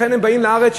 לכן הם באים לארץ.